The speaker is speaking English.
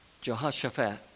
Jehoshaphat